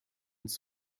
uns